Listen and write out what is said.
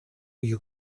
you